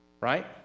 right